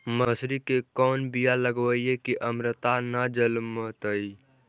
मसुरी के कोन बियाह लगइबै की अमरता न जलमतइ?